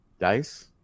Dice